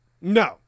No